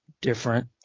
different